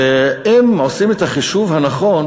ואם עושים את החישוב הנכון